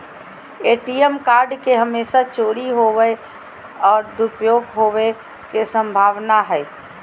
ATM card के हमेशा चोरी होवय और दुरुपयोग होवेय के संभावना हइ